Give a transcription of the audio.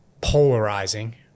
polarizing